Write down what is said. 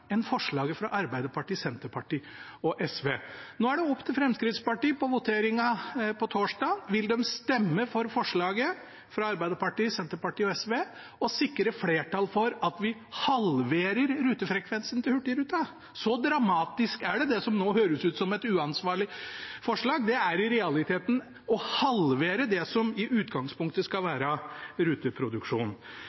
fra Arbeiderpartiet, Senterpartiet og SV. Nå er det opp til Fremskrittspartiet i voteringen på torsdag: Vil de stemme for forslaget fra Arbeiderpartiet, Senterpartiet og SV og sikre flertall for at vi halverer rutefrekvensen til Hurtigruten? Så dramatisk er det – det som nå høres ut som et uansvarlig forslag. Det er i realiteten å halvere det som i utgangspunktet skal